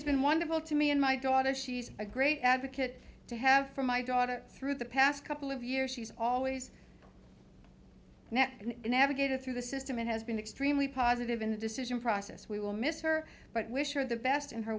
has been wonderful to me and my daughter a great advocate to have for my daughter through the past couple of years she's always navigated through the system and has been extremely positive in the decision process we will miss her but wish her the best in her